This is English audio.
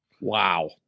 Wow